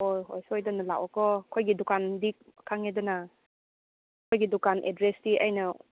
ꯍꯣꯏ ꯍꯣꯏ ꯁꯣꯏꯗꯅ ꯂꯥꯛꯑꯣꯀꯣ ꯑꯩꯈꯣꯏꯒꯤ ꯗꯨꯀꯥꯟꯗꯤ ꯈꯪꯉꯦꯗꯅ ꯑꯩꯈꯣꯏꯒꯤ ꯗꯨꯀꯥꯟ ꯑꯦꯗ꯭ꯔꯦꯁꯇꯤ ꯑꯩꯅ